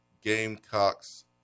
Gamecocks